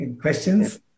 questions